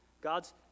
God's